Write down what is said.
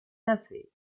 наций